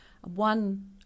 one